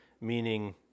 meaning